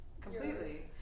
Completely